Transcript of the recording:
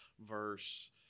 verse